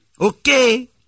Okay